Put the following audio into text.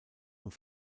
und